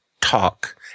talk